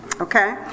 okay